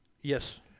Yes